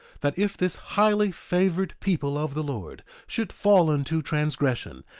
that if this highly favored people of the lord should fall into transgression,